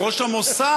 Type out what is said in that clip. זה ראש המוסד.